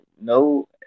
no